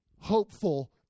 hopeful